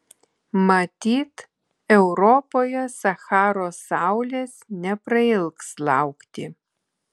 matyt europoje sacharos saulės neprailgs laukti